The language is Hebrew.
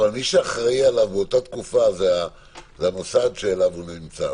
אבל מי שאחראי עליו באותה תקופה זה המוסד שבו הוא נמצא,